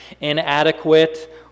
inadequate